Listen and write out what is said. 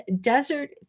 desert